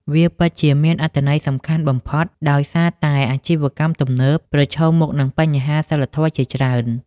វាពិតជាមានអត្ថន័យសំខាន់បំផុត ដោយសារតែអាជីវកម្មទំនើបប្រឈមមុខនឹងបញ្ហាសីលធម៌ជាច្រើន។